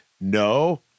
No